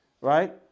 right